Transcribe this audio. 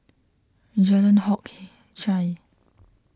Jalan Hock Chye